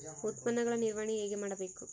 ಉತ್ಪನ್ನಗಳ ನಿರ್ವಹಣೆ ಹೇಗೆ ಮಾಡಬೇಕು?